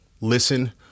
listen